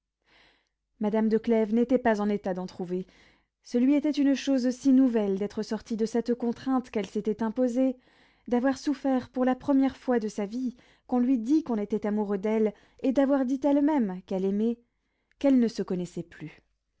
madame de clèves n'était pas en état d'en trouver ce lui était une chose si nouvelle d'être sortie de cette contrainte qu'elle s'était imposée d'avoir souffert pour la première fois de sa vie qu'on lui dît qu'on était amoureux d'elle et d'avoir dit elle-même qu'elle aimait qu'elle ne se connaissait plus